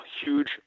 huge